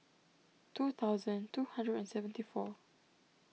two thousand two hundred and seventy four